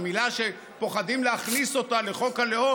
המילה שפוחדים להכניס אותה לחוק הלאום,